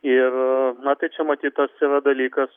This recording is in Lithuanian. iir na tai čia matyt tas yra dalykas